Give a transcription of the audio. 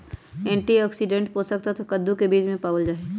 antioxidant और पोषक तत्व कद्दू के बीज में पावल जाहई